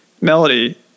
melody